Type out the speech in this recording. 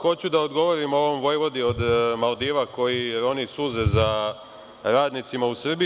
Hoću da odgovorim ovom vojvodi od Maldiva, koji roni suze za radnicima u Srbiji.